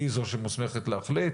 היא זו שמוסמכת להחליט